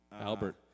Albert